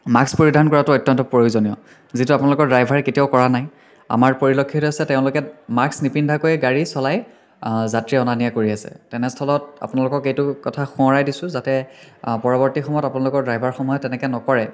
mask পৰিধান কৰাটো অত্যন্ত প্ৰয়োজনীয় যিটো আপোনালোকৰ ড্ৰাইভাৰে কেতিয়াও কৰা নাই আমাৰ পৰিলক্ষিত হৈছে তেওঁলোকে মাস্ক নিপিন্ধাকৈয়ে গাড়ী চলাই যাত্ৰী অনা নিয়া কৰি আছে তেনেস্থলত আপোনালোকক এইটো কথা সোঁৱৰাই দিছোঁ যাতে পৰৱৰ্তী সময়ত আপোনালোকৰ ড্ৰাইভাৰসমূহে তেনেকৈ নকৰে